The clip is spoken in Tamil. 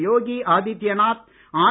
யோகி ஆதித்யநாத் ஆர்